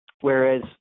Whereas